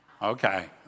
okay